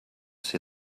see